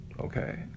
Okay